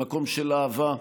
למקום של אהבה,